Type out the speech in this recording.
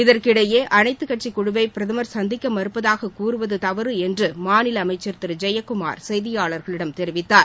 இதற்கிடையே அனைத்துக் கட்சிக் குழுவை பிரதமர் சந்திக்க மறுப்பதாகக் கூறுவது தவறு என்று மாநில அமைச்சர் திரு ஜெயக்குமார் செய்தியாளர்களிடம் தெரிவித்தார்